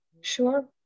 sure